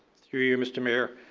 through you, mr. mayor,